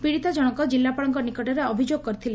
ପୀଡ଼ିତା ଜଶଙ୍ଙ ଜିଲ୍ଲାପାଳଙ୍କ ନିକଟରେ ଅଭିଯୋଗ କରିଥିଲେ